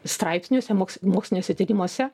straipsniuose moks moksliniuose tyrimuose